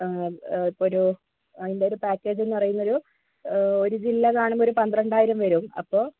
ഏ ഏ ഇപ്പൊരു അതിൻറ്റൊരു പാക്കേജെന്ന് പറയുന്നൊരു ഓ ഒരു ജില്ല കാണുമ്പോഴൊരു പന്ത്രണ്ടായിരം വരും അപ്പോൾ